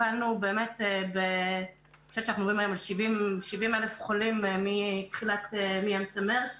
טיפלנו באמת ב-70,000 חולים מאמצע מרץ,